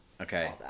Okay